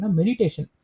meditation